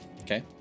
Okay